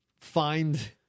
find